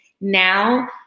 Now